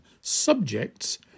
subjects